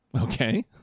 okay